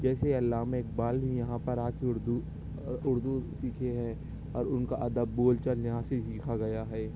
جیسے علامہ اقبال یہاں پر آ کے اردو اردو سیکھے ہے اور ان کا ادب بول چال یہاں سے سیکھا گیا ہے